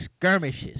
skirmishes